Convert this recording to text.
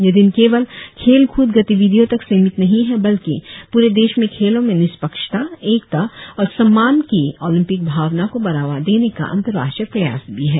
यह दिन केवल खेल कूद गतिविधियों तक सीमित नहीं है बल्कि पूरे विश्व में खेलों में निष्पक्षता एकता और सम्मान की ओलंपिक भावना को बढ़ावा देने का अंतर्राष्ट्रीय प्रयास भी है